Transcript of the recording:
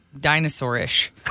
dinosaur-ish